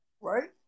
right